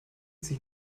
sich